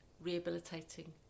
rehabilitating